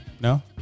No